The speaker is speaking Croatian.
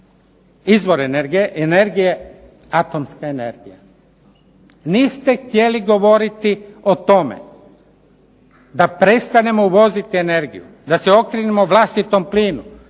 izvor energije atomska energija. Niste htjeli govoriti o tome da prestanemo uvoziti energiju, da se okrenemo vlastitom plinu,